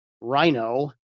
Rhino